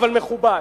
אבל מכובד.